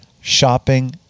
shopping